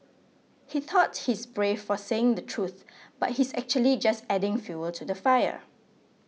he thought he's brave for saying the truth but he's actually just adding fuel to the fire